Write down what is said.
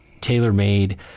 tailor-made